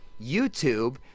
YouTube